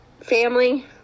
family